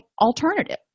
alternative